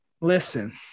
listen